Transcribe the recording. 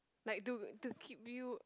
like to to keep you